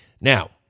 Now